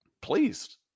pleased